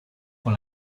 con